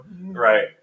Right